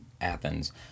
Athens